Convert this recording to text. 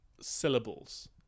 syllables